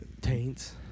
Taints